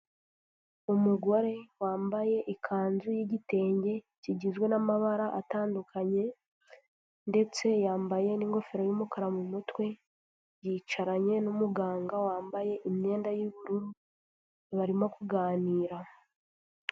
Umugore wambaye ikanzu y'igitenge, kigizwe n'amabara atandukanye, ndetse yambaye n'ingofero y'umukara mu mutwe, yicaranye n'umuganga wambaye imyenda y'ubururu, barimo kuganira.